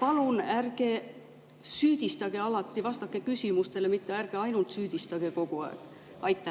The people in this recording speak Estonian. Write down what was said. Palun ärge süüdistage alati! Vastake küsimustele, mitte ärge ainult süüdistage kogu aeg! Aitäh!